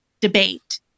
debate